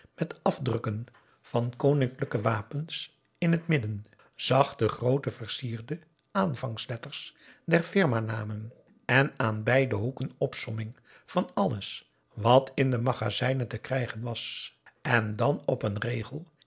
met afdrukken van koninklijke wapens in het midden zag de groote versierde aanvangsletters der firma namen en aan beide hoeken opsomming van alles wat in de magazijnen te krijgen was en dan op een regel